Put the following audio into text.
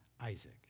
Isaac